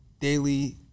daily